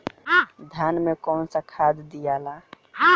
धान मे कौन सा खाद दियाला?